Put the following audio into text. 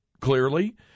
Clearly